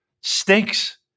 Stinks